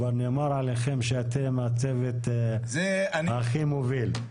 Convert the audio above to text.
כבר נאמר עליכם שאתם הצוות הכי מוביל.